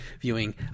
viewing